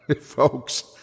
Folks